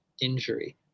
injury